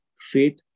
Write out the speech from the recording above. Faith